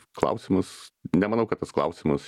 klausimas nemanau kad tas klausimas